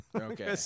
okay